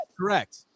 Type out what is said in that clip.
Correct